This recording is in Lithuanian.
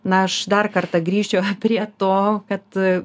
na aš dar kartą grįšiu prie to kad